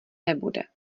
nebude